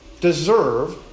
deserve